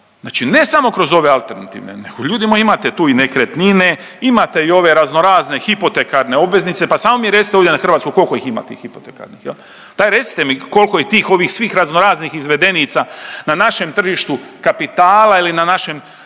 znači ne samo kroz ove alternativne nego ljudi moji imate tu i nekretnine, imate i ove raznorazne hipotekarne obveznice, pa samo mi recite ovdje na hrvatskom kolko ih ima tih hipotekarnih, daj recite mi kolko je tih ovih svih raznoraznih izvedenica na našem tržištu kapitala ili na našem